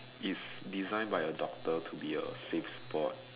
it's designed by a doctor to be a safe sport